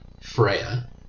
Freya